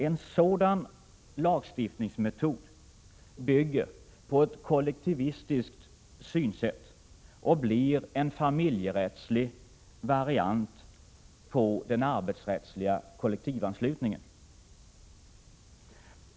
En sådan lagstiftningsmetod bygger på ett kollektivistiskt synsätt och blir en familjerättslig variant till den arbetsrättsliga kollektivanslutningen.